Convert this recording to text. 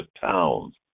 towns